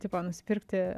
tipo nusipirkti